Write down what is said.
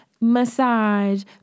massage